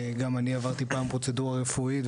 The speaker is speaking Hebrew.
גם אני עברתי פעם פרוצדורה רפואית,